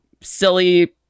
silly